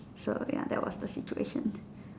so ya that was the situation